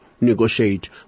negotiate